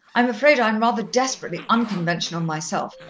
i'm afraid i'm rather desperately unconventional myself.